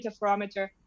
interferometer